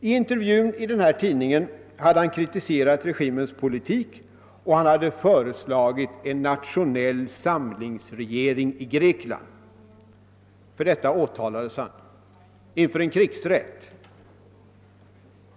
I intervjun hade han kritiserat regimens politik och föreslagit en nationell samlingsregering i Grekland. För detta åtalades han inför krigsrätt.